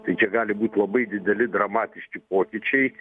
tai čia gali būt labai dideli dramatiški pokyčiai